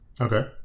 Okay